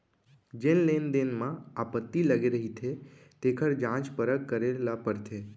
जेन लेन देन म आपत्ति लगे रहिथे तेखर जांच परख करे ल परथे